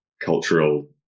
cultural